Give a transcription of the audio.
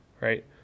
right